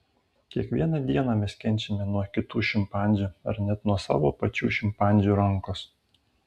kiekvieną dieną mes kenčiame nuo kitų šimpanzių ar net nuo savo pačių šimpanzių rankos